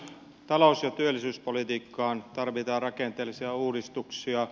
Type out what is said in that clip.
talous ja työllisyyspolitiikkaan tarvitaan rakenteellisia uudistuksia